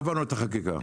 עברנו את החקיקה.